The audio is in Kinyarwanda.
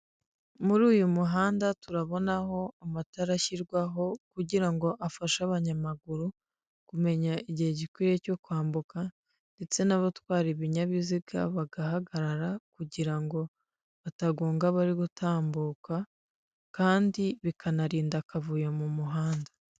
Muri uyu muhanda turabonaho amatara ashyirwaho kugira ngo afashe abanyamaguru kumenya igihe gikwiye cyo kwambuka, ndetse n'abatwara ibinyabiziga bagahagarara kugira ngo batagonga abari gutambuka, kandi bikanarinda akavuyo mu muhanda.